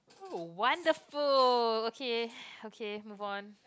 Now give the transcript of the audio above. oh wonderful okay okay move on